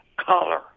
color